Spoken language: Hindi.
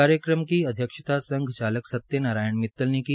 कार्यक्रम की अध्यक्षता संघ चालक सत्यनारायण मित्तल ने की